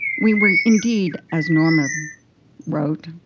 we were indeed, as norma wrote,